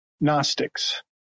gnostics